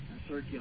circular